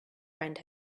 friend